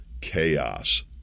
Chaos